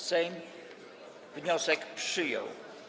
Sejm wniosek przyjął.